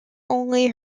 only